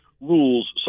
rules